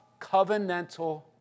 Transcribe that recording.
covenantal